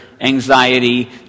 anxiety